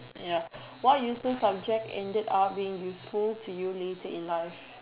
ya what useless subject ended up being useful to you later in life